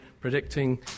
predicting